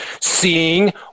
Seeing